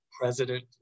president